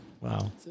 Wow